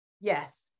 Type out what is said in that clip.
Yes